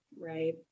Right